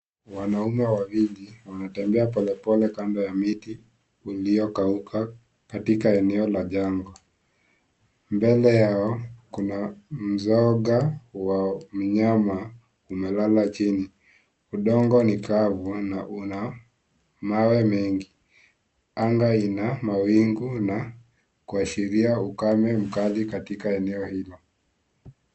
Wanaume wawili wanatembea polepole kando ya miti iliyokauka katika eneo la jangwa. Mbele yao kuna mzoga wa mnyama umelala chini. Udongo ni kavu na una mawe mengi. Anga lina mawingu na kuashiria ukame katika eneo hilo.